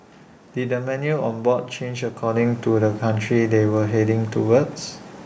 did the menu on board change according to the country they were heading towards